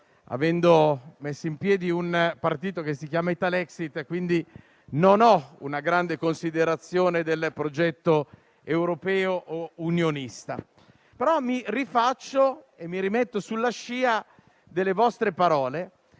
Avendo messo in piedi un partito che si chiama Italexit, non ho una grande considerazione del progetto europeo o unionista, ma mi rifaccio e mi rimetto sulla scia delle vostre parole,